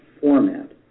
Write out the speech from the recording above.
format